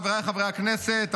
חבריי חברי הכנסת,